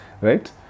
right